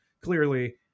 Clearly